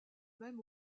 même